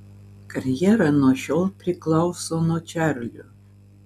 karjera nuo šiol priklauso nuo čarlio